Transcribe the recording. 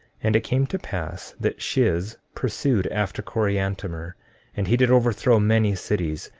and it came to pass that shiz pursued after coriantumr, and he did overthrow many cities,